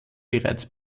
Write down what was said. bereits